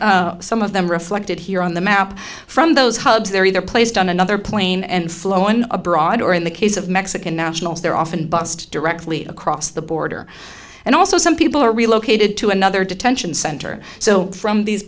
some of them reflected here on the map from those hubs they're either placed on another plane and flown abroad or in the case of mexican nationals they're often bussed directly across the border and also some people are relocated to another detention center so from these